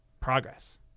Progress